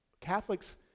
Catholics